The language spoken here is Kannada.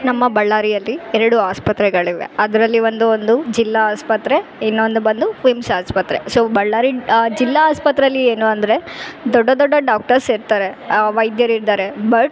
ನಮ್ಮ ಬಳ್ಳಾರಿಯಲ್ಲಿ ಎರಡು ಆಸ್ಪತ್ರೆಗಳಿವೆ ಅದರಲ್ಲಿ ಒಂದು ಒಂದು ಜಿಲ್ಲಾ ಆಸ್ಪತ್ರೆ ಇನ್ನೊಂದು ಬಂದು ಫಿಮ್ಸ್ ಆಸ್ಪತ್ರೆ ಸೋ ಬಳ್ಳಾರಿ ಜಿಲ್ಲಾ ಆಸ್ಪತ್ರೆಯಲ್ಲಿ ಏನು ಅಂದರೆ ದೊಡ್ಡ ದೊಡ್ಡ ಡಾಕ್ಟರ್ಸ್ ಇರ್ತಾರೆ ವೈದ್ಯರು ಇದ್ದಾರೆ ಬಟ್